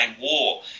war